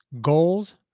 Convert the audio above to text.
goals